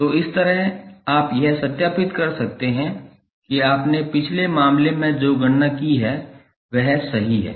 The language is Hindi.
तो इस तरह आप यह सत्यापित कर सकते हैं कि आपने पिछले मामले में जो भी गणना की है वह सही है